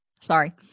Sorry